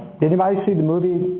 did anybody see the movie,